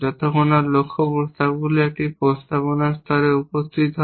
যতক্ষণ না লক্ষ্য প্রস্তাবগুলি একটি প্রস্তাবনা স্তরে উপস্থিত হয়